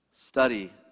Study